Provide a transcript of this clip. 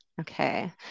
Okay